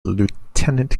lieutenant